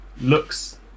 looks